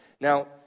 Now